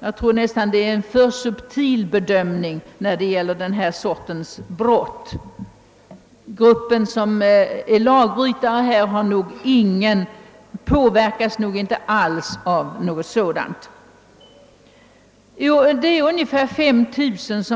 Jag tror att detta är en alltför subtil bedömning när det gäller den här sortens brott, ty lagbrytare av det här slaget påverkas nog inte alls av sådant. Omkring 5000